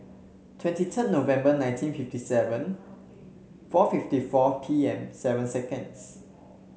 twenty ten November nineteen fifty seven four fifty four P M seven seconds